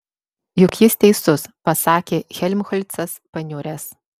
juk jis teisus pasakė helmholcas paniuręs